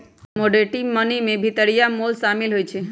commodity money में भितरिया मोल सामिल होइ छइ